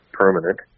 permanent